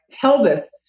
pelvis